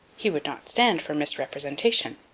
he would not stand for misrepresentation.